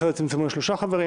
אחרי זה צמצמו לשלושה חברים.